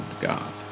God